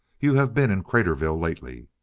you have been in craterville lately!